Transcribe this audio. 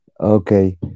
Okay